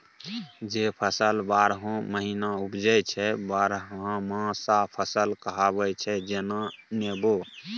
जे फसल बारहो महीना उपजै छै बरहमासा फसल कहाबै छै जेना नेबो